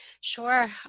Sure